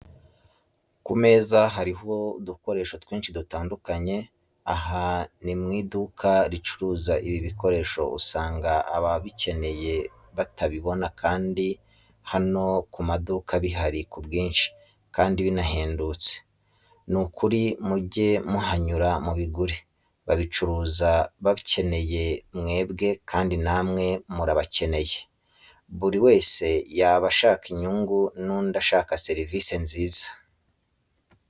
Ku meza hariho udukoresho twinshi dutandukanye, aha ni mu iduka ricuruza ibi bikoresho usanga ababikeneye batabibona kandi hano ku maduka bihari ku bwinshi kandi binahendutse, nukuri mujye muhanyura mubigure babicuruza bakeneye mwebwe kandi namwe murabakennye, buri wese haba ashaka inyungu n'undi ushaka serivise nziza.